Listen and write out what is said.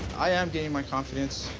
i am gaining my confidence,